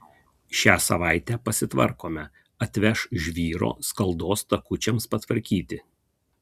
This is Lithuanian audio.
šią savaitę pasitvarkome atveš žvyro skaldos takučiams patvarkyti